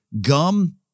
gum